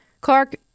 Clark